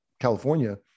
California